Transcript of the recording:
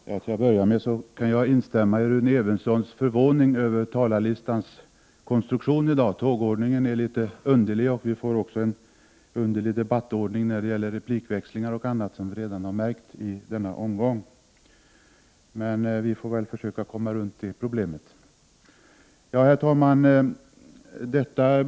Herr talman! Till att börja med kan jag instämma i Rune Evenssons förvåning över talarlistans konstruktion i dag. Tågordningen är litet underlig, och vi får också en underlig debattordning när det gäller replikväxling m.m., vilket vi redan har märkt i denna debattomgång. Vi får emellertid försöka komma runt detta problem.